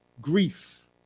Grief